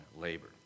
labor